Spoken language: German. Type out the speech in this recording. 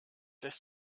lässt